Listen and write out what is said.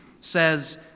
says